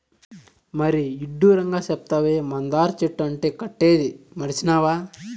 మరీ ఇడ్డూరంగా సెప్తావే, మందార చెట్టు అంటు కట్టేదీ మర్సినావా